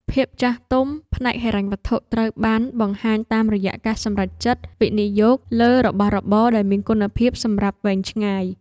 ភាពចាស់ទុំផ្នែកហិរញ្ញវត្ថុត្រូវបានបង្ហាញតាមរយៈការសម្រេចចិត្តវិនិយោគលើរបស់របរដែលមានគុណភាពសម្រាប់វែងឆ្ងាយ。